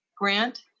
grant